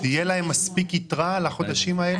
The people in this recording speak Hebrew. --- תהיה להם מספיק יתרה לחודשים האלה?